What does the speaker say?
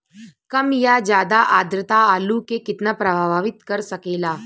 कम या ज्यादा आद्रता आलू के कितना प्रभावित कर सकेला?